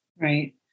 Right